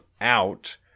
out